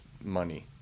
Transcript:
money